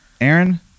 aaron